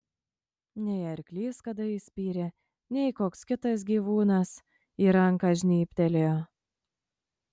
nei arklys kada įspyrė nei koks kitas gyvūnas į ranką žnybtelėjo